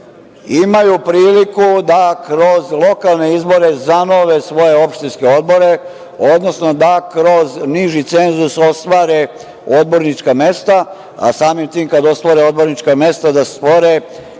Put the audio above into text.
imaju priliku da kroz lokalne izbore zanove svoje opštinske odbore, odnosno da kroz niži cenzus ostvare odbornička mesta, a samim tim kada ostvare odbornička mesta da stvore